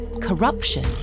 corruption